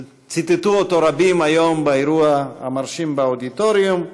שציטטו רבים היום באירוע המרשים באודיטוריום: